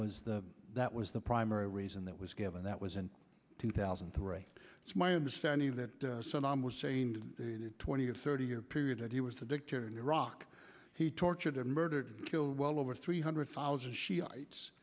was the that was the primary reason that was given that was in two thousand and three it's my understanding that saddam was saying to the twenty or thirty year period that he was the dictator in iraq he tortured and murdered killed well over three hundred thousand shiites